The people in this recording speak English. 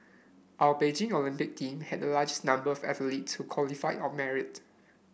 our Beijing Olympic team had the largest number of athletes who qualified on merit